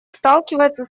сталкивается